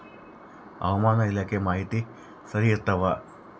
ಹವಾಮಾನ ಇಲಾಖೆ ಮಾಹಿತಿ ಸರಿ ಇರ್ತವ?